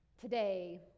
Today